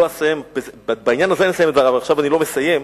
אבל עכשיו אני לא מסיים,